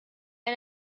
and